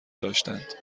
داشتند